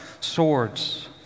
swords